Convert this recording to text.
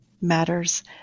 matters